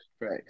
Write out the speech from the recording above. Right